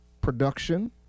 production